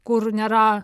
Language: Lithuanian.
kur nėra